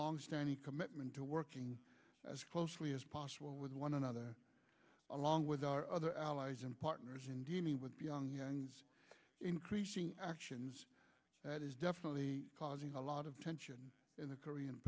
longstanding commitment to working as closely as possible with one another along with our other allies and partners in dealing with pyongyang increasing actions that is definitely causing a lot of tension in the korean